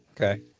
okay